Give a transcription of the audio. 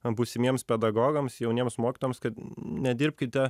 būsimiems pedagogams jauniems mokytojams kad nedirbkite